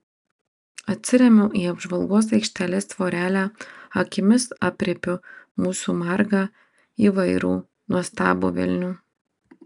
atsiremiu į apžvalgos aikštelės tvorelę akimis aprėpiu mūsų margą įvairų nuostabų vilnių